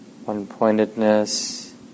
One-pointedness